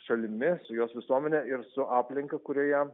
šalimi su jos visuomene ir su aplinka kurioje